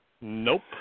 Nope